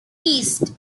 east